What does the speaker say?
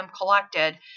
collected